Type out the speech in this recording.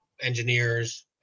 engineers